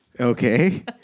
Okay